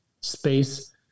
space